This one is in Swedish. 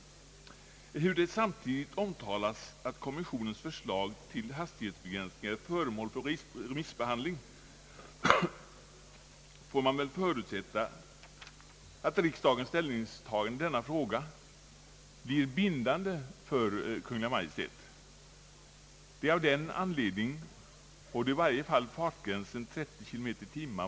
Ehuru det samtidigt omtalas, att kommissionens förslag till hastighetsbegränsningar är föremål för remissbehandling, får man väl förutsätta, att riksdagens ställningstagande i denna fråga blir bindande för Kungl. Maj:t. Det är av denna anledning, och då i varje fall fartgränsen 30 km/tim.